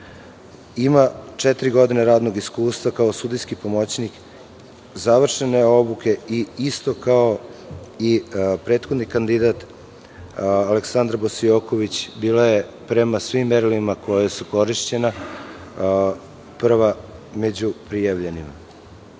četiri godine radnog iskustva kao sudijski pomoćnik, završene obuke i isto kao i prethodni kandidat, Aleksandra Gosioković, bila je, prema svim merilima koja su korišćena, prva među prijavljenima. Takođe,